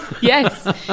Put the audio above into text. Yes